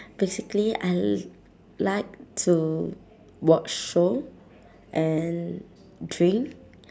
basically I li~ like to watch show and drink